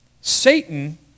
Satan